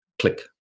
click